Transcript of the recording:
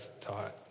taught